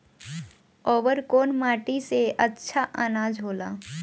अवर कौन माटी मे अच्छा आनाज होला?